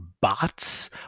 bots